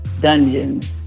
dungeons